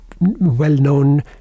well-known